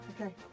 Okay